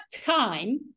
time